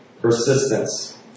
Persistence